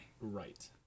Right